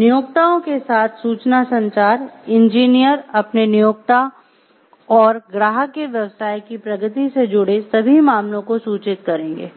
नियोक्ताओं के साथ सूचना संचार इंजीनियर अपने नियोक्ता और ग्राहक के व्यवसाय की प्रगति से जुड़े सभी मामलों को सूचित करेंगे